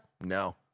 no